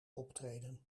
optreden